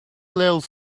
little